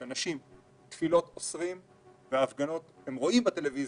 שאוסרים תפילות ואילו הפגנות הם רואים בטלוויזיה,